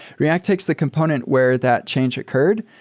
react takes the component where that change occurred,